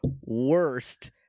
worst